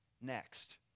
next